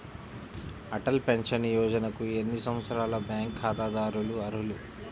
Atal pension యోజనకు ఎన్ని సంవత్సరాల బ్యాంక్ ఖాతాదారులు అర్హులు?